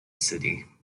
city